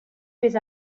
més